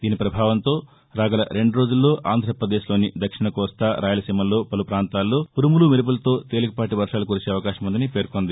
దీని ప్రభావంతో రాగల రెండు రోజుల్లో ఆంధ్రపదేశ్లోని దక్షిణకోస్తా రాయలసీమల్లో పలు పాంతాల్లో ఉరుములు మెరుపులతో తేలికపాటీ వర్షాలు కురిసే అవకాశముందని పేర్కొంది